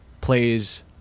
plays